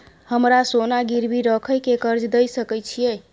हमरा सोना गिरवी रखय के कर्ज दै सकै छिए?